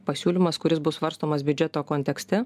pasiūlymas kuris bus svarstomas biudžeto kontekste